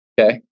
okay